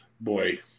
Boy